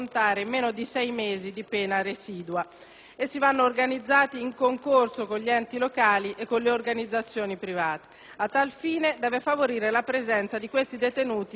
Essi vanno organizzati in concorso con gli enti locali e con le organizzazioni private. A tal fine deve favorire la presenza di questi detenuti in appositi istituti omogenei"».